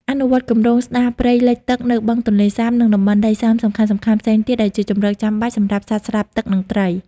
អនុវត្តគម្រោងស្តារព្រៃលិចទឹកនៅបឹងទន្លេសាប និងតំបន់ដីសើមសំខាន់ៗផ្សេងទៀត ដែលជាជម្រកចាំបាច់សម្រាប់សត្វស្លាបទឹក និងត្រី។